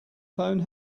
phone